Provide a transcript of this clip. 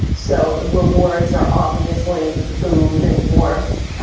so the rewards are obviously food and warmth,